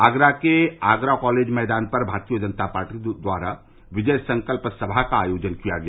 आगरा के आगरा कालेज मैदान पर भारतीय जनता पार्टी द्वारा विजय संकल्प सभा का आयोजन किया गया